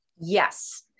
Yes